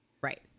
right